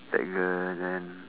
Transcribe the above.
like the then